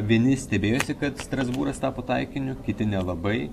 vieni stebėjosi kad strasbūras tapo taikiniu kiti nelabai